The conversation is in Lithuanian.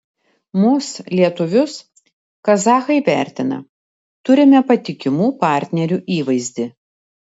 mus lietuvius kazachai vertina turime patikimų partnerių įvaizdį